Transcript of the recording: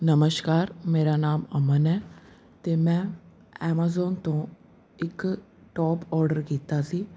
ਨਮਸ਼ਕਾਰ ਮੇਰਾ ਨਾਮ ਅਮਨ ਹੈ ਅਤੇ ਮੈਂ ਐਮਾਜ਼ੋਨ ਤੋਂ ਇੱਕ ਟੋਪ ਔਡਰ ਕੀਤਾ ਸੀ